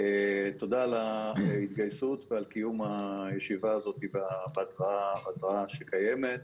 תודה על ההתגייסות ועל קיום הישיבה הזאת בהתרעה שקיימת.